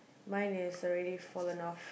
mine is already fallen off